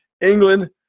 England